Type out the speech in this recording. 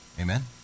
Amen